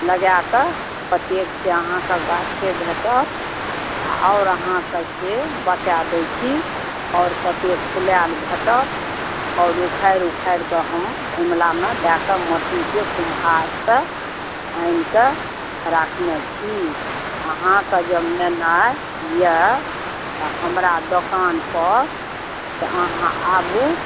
लगाकऽ प्रत्येक से अहाँके गाछे भेटत आओर अहाँके से बता दै छी आओर कतेक फुलाएल भेटत आओर उखाड़ि उखाड़िकऽ हम गमलामे दऽ कऽ मट्टीके कुम्हारिसँ आनिकऽ राखने छी अहाँकेँ जँ लेनाइ अइ तऽ हमरा दोकानपर से अहाँ आबू